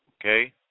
okay